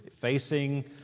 facing